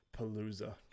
palooza